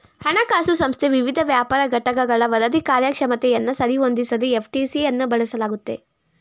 ಹಣಕಾಸು ಸಂಸ್ಥೆ ವಿವಿಧ ವ್ಯಾಪಾರ ಘಟಕಗಳ ವರದಿ ಕಾರ್ಯಕ್ಷಮತೆಯನ್ನ ಸರಿ ಹೊಂದಿಸಲು ಎಫ್.ಟಿ.ಪಿ ಅನ್ನ ಬಳಸಲಾಗುತ್ತೆ